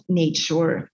nature